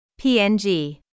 PNG